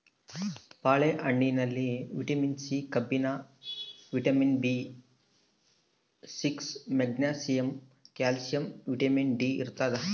ಬಾಳೆ ಹಣ್ಣಿನಲ್ಲಿ vitamin C ಕಬ್ಬಿಣ vitamin B six magnesium calcium vitamin D ಇರ್ತಾದ